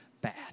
bad